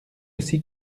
aussi